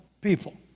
people